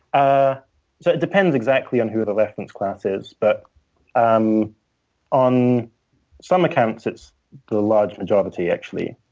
ah so it depends exactly on who the reference class is. but um on some accounts, its the large majority, actually,